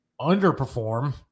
underperform